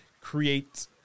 create